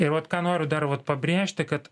ir vat ką noriu dar vat pabrėžti kad